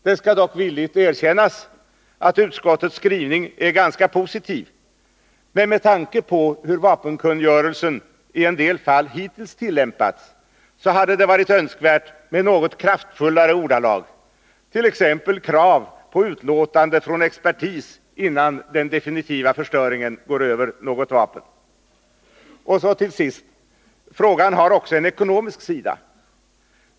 Det skall dock villigt erkännas att utskottets skrivning är ganska positiv, men med tanke på hur vapenkungörelsen i en del fall hittills tillämpats, hade det varit önskvärt med något kraftfullare ordalag, t.ex. krav på utlåtande från expertis innan den definitiva förstöringen går över något vapen. Till sist: frågan har också en ekonomisk sida.